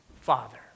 Father